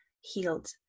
healed